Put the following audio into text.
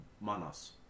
Manas